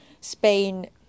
Spain